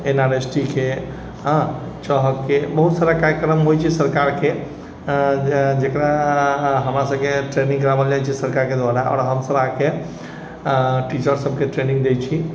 N R S T के हँ बहुत सारा कार्यक्रम होइ छै सरकारके जकरा हमरासबके ट्रेनिङ्ग करवाएल जाइ छै सरकारके दुआरा आओर हमसब आकऽ टीचरसबके ट्रेनिङ्ग दै छी